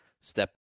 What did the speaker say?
step